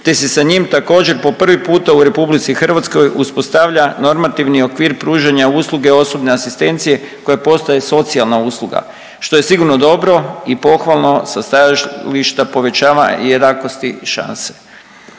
te se sa njim također, po prvi put u RH uspostavlja normativni okvir pružanja usluge osobne asistencije koja postaje socijalna usluga, što je sigurno dobro i pohvalno sa stajališta, povećava i